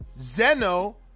Zeno